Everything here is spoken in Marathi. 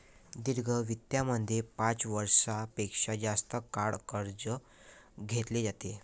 दीर्घ वित्तामध्ये पाच वर्षां पेक्षा जास्त काळ कर्ज घेतले जाते